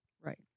Right